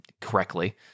correctly